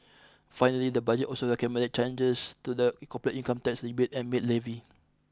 finally the budget also recommended changes to the corporate income tax rebate and maid levy